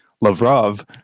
Lavrov